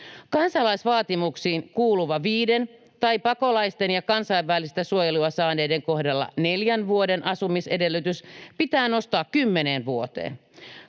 Kansalaisuusvaatimuksiin kuuluva viiden tai pakolaisten ja kansainvälistä suojelua saaneiden kodalla neljän vuoden asumisedellytys pitää nostaa kymmeneen vuoteen.